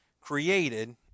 created